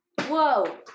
whoa